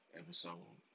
episode